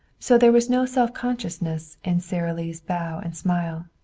so there was no self-consciousness in sara lee's bow and smile.